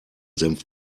senf